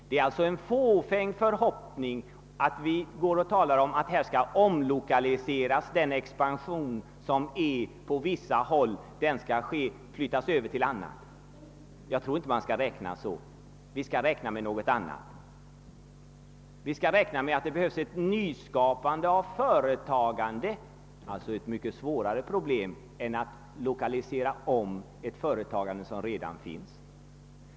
Det är en fåfäng förhoppning att den expansion som förekommer på vissa håll skall kunna flyttas över till andra områden. Vi måste räkna med att det behövs ett nyskapande av företag, och det är en mycket svårare uppgift än att lokalisera om företag som redan finns.